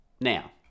now